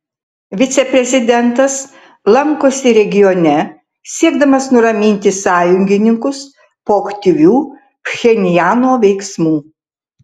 viceprezidentas lankosi regione siekdamas nuraminti sąjungininkus po aktyvių pchenjano veiksmų